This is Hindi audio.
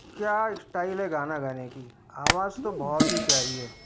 क्या स्टाइल है गाना गाने की आवाज तो बहुत ही प्यारी है